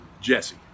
Jesse